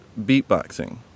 beatboxing